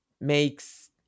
makes